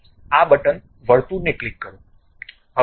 આ બટન વર્તુળને ક્લિક કરો